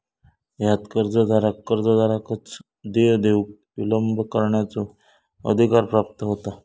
ह्यात कर्जदाराक कर्जदाराकच देय देऊक विलंब करण्याचो अधिकार प्राप्त होता